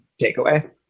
takeaway